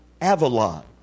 Avalon